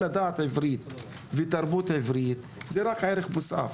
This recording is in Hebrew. לדעת עברית ותרבות עברית זה ערך מוסף,